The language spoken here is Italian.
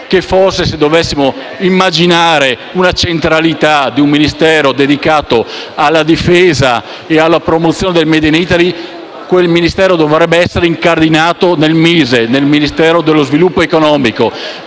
che forse, se dovessimo immaginare una centralità di un Ministero dedicato alla difesa e alla promozione del *made in Italy*, quel Ministero dovrebbe essere incardinato nel Ministero dello sviluppo economico.